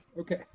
Okay